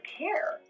care